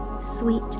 sweet